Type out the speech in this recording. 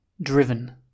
Driven